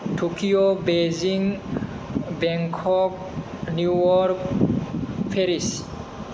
Tokyo Beijing Bangkok New York Paris